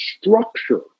structure